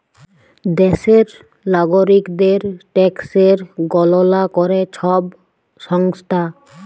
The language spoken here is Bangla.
দ্যাশের লাগরিকদের ট্যাকসের গললা ক্যরে ছব সংস্থা